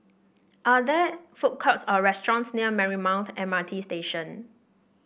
are there food courts or restaurants near Marymount M R T Station